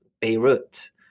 Beirut